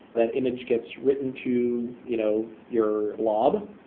that image gets written to you know your lob,